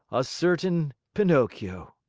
a certain pinocchio.